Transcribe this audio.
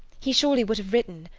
he surely would have written.